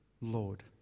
Lord